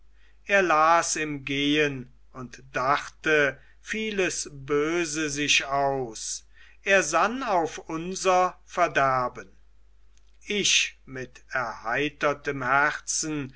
er las im gehen und dachte vieles böse sich aus er sann auf unser verderben ich mit erheitertem herzen